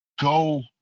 go